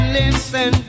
listen